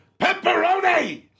Pepperoni